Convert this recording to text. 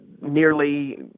nearly